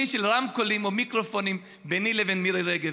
של רמקולים או מיקרופונים ביני לבין מירי רגב.